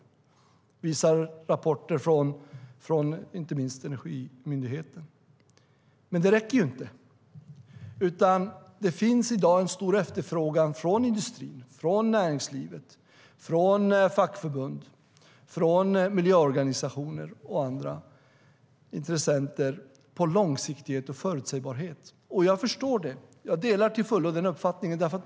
Det visar rapporter från inte minst Energimyndigheten.Men det räcker inte. Det finns i dag stor efterfrågan på långsiktighet och förutsägbarhet från industrin, från näringslivet, från fackförbunden, från miljöorganisationerna och från andra intressenter. Jag förstår det. Jag delar till fullo den uppfattningen.